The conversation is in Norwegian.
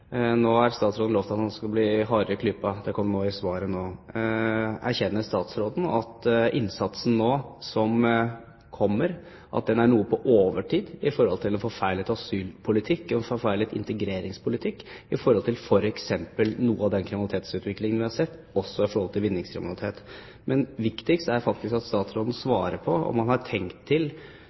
Det kom i svaret nå. Erkjenner statsråden at innsatsen som kommer nå, er noe på overtid i forhold til en forfeilet asylpolitikk, forfeilet integreringspolitikk og i forhold til f.eks. noe av den kriminalitetsutviklingen vi har sett, også når det gjelder vinningskriminalitet? Men det viktigste er faktisk at statsråden svarer på om man har tenkt,